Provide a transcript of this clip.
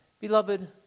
Beloved